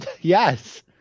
Yes